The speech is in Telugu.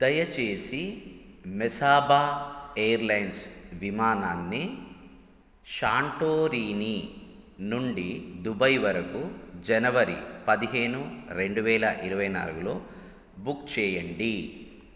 దయచేసి మెసాబా ఎయిర్లైన్స్ విమానాన్ని శాంటోరిని నుండి దుబాయ్ వరకు జనవరి పదిహేను రెండువేల ఇరవై నాలుగులో బుక్ చేయండి